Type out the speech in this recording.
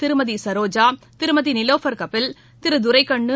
திருமதி சரோஜா திருமதி நீலோபர் கபில் திரு துரைகண்ணு